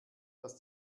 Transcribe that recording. dass